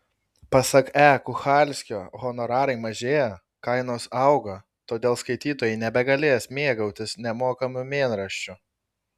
pasak e kuchalskio honorarai mažėja kainos auga todėl skaitytojai nebegalės mėgautis nemokamu mėnraščiu